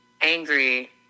angry